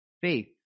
faith